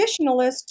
traditionalist